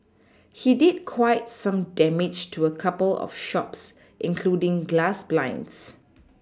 he did quite some damage to a couple of shops including glass blinds